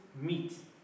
meat